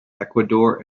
ecuador